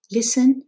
Listen